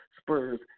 Spurs